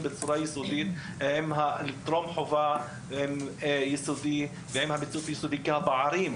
בטיפול יסודי בחינוך הטרום חובה ובבתי הספר היסודיים.